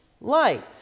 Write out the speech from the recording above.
light